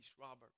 Robert